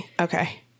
Okay